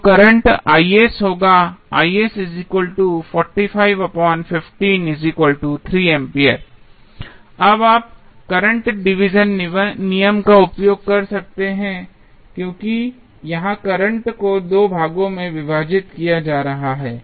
तो करंट होगा अब आप करंट डिवीज़न नियम का उपयोग कर सकते हैं क्योंकि यहाँ करंट को 2 भागों में विभाजित किया जा रहा है